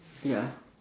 ya